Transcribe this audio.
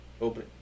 Open